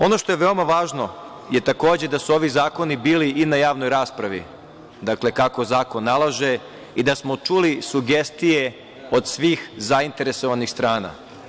Ono što je veoma važno je, takođe, da su ovi zakoni bili i na javnoj raspravi, dakle, kako zakon nalaže i da smo čuli sugestije od svih zainteresovanih strana.